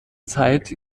zeit